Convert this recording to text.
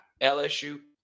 LSU